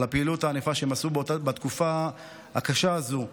על הפעילות הענפה שעשו בתקופה הקשה הזו,